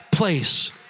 place